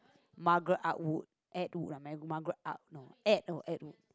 Margaret-Atwood Atwood lah Margaret A~ Margaret-Atwood no Atwood Atwood